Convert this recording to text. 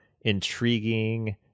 intriguing